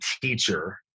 teacher